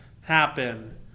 happen